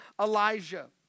Elijah